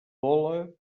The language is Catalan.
vola